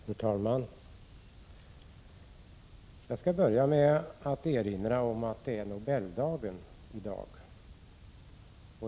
Fru talman! Jag vill börja med att erinra om att det är Nobeldagen i dag.